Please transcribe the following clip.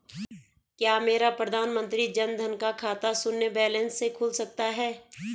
क्या मेरा प्रधानमंत्री जन धन का खाता शून्य बैलेंस से खुल सकता है?